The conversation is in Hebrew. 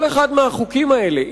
כל אחד מהחוקים האלה,